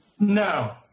No